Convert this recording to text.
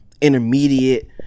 intermediate